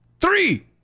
three